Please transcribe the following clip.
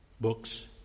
books